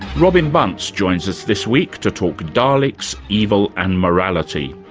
robin bunce joins us this week to talk daleks, evil and morality.